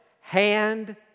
hand